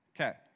Okay